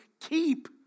keep